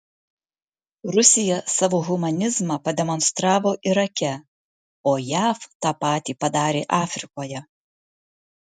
rusija savo humanizmą pademonstravo irake o jav tą patį padarė afrikoje